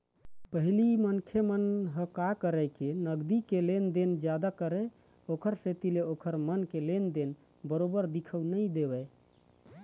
पहिली मनखे मन ह काय करय के नगदी के लेन देन जादा करय ओखर सेती ओखर मन के लेन देन बरोबर दिखउ नइ देवय